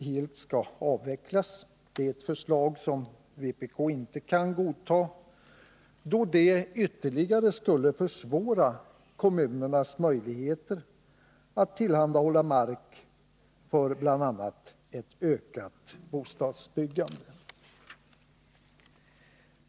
Det är ett förslag som vpk inte kan godta, då detta skulle ytterligare försvåra för kommunerna att tillhandahålla mark för bl.a. ett ökat bostadsbyggande.